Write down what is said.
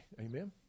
Amen